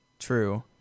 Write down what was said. True